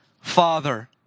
father